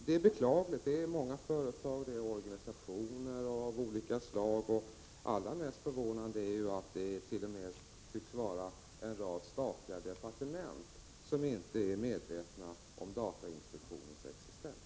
Det är beklagligt att många företag och organisationer av olika slag och — vilket är allra mest förvånande — t.o.m. en rad statliga departement inte tycks vara medvetna om datainspektionens existens.